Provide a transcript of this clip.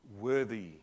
worthy